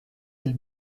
del